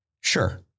sure